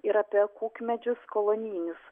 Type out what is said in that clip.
ir apie kukmedžius koloninius